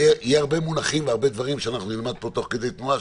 יהיו הרבה מונחים והרבה דברים שאנחנו נלמד פה תוך כדי תנועה,